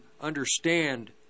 understand